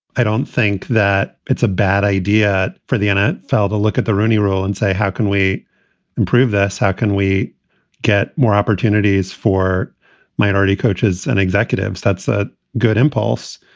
i don't think that it's a bad idea for the nfl to look at the rooney rule and say, how can we improve this? how can we get more opportunities for minority coaches and executives? that's a good impulse.